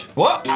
what?